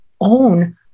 own